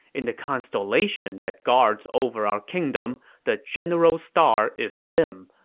in the constellation that guards over our kingdom, the general star is dim.